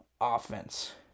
offense